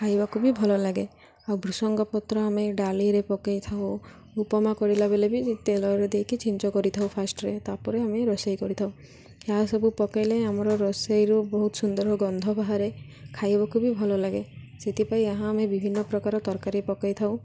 ଖାଇବାକୁ ବି ଭଲ ଲାଗେ ଆଉ ଭୃସଙ୍ଗ ପତ୍ର ଆମେ ଡାଲିରେ ପକାଇଥାଉ ଉପମା କରିଲା ବେଲେ ବି ତେଲରେ ଦେଇକି ଛିଞ୍ଚି କରିଥାଉ ଫାଷ୍ଟରେ ତା'ପରେ ଆମେ ରୋଷେଇ କରିଥାଉ ଏହା ସବୁ ପକାଇଲେ ଆମର ରୋଷେଇରୁ ବହୁତ ସୁନ୍ଦର ଗନ୍ଧ ବାହାରେ ଖାଇବାକୁ ବି ଭଲ ଲାଗେ ସେଥିପାଇଁ ଏହାହା ଆମେ ବିଭିନ୍ନ ପ୍ରକାର ତରକାରୀ ପକାଇଥାଉ